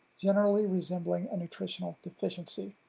generally resembling a nutritional deficiency.